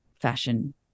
fashion